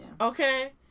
Okay